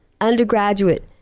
undergraduate